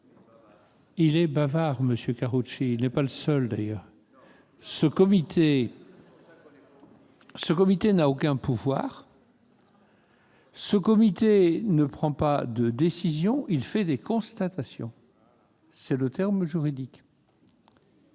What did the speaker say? Il est bavard, monsieur Karoutchi, il n'est pas le seul d'ailleurs ... Ce comité n'a aucun pouvoir : il ne prend pas de décisions, il fait des constatations- c'est le terme juridique.